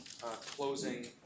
closing